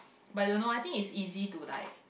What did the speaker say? but don't know I think is easy to like